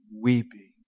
weeping